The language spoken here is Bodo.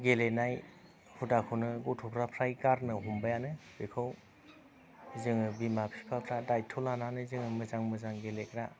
गेलेनाय हुदाखौनो गथ'फोरा फ्राय गारनो हमबायानो बेखौ जोङो बिमा बिफाफ्रा दायट्थ' लानानै जोङो मोजां मोजां गेलेग्रा